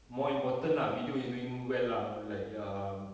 more important lah video is doing well lah like ya um